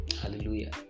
Hallelujah